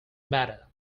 matter